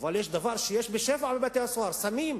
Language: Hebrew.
אבל יש דבר שיש בשפע בבתי-הסוהר, סמים.